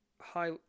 high